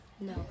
No